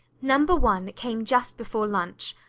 number one came just before lunch.